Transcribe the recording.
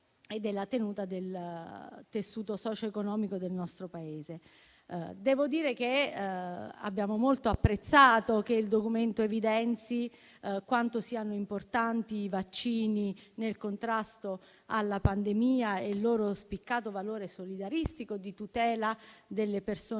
e della tenuta del tessuto socioeconomico del nostro Paese. Devo dire che abbiamo molto apprezzato che il documento evidenzi quanto siano importanti i vaccini nel contrasto alla pandemia e il loro spiccato valore solidaristico di tutela delle persone